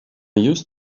used